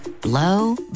Blow